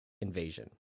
invasion